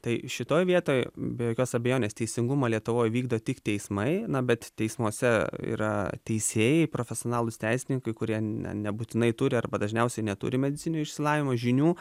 tai šitoj vietoj be jokios abejonės teisingumą lietuvoj vykdo tik teismai na bet teismuose yra teisėjai profesionalūs teisininkai kurie nebūtinai turi arba dažniausiai neturi medicininio išsilavinimo žinių